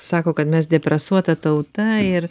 sako kad mes depresuota tauta ir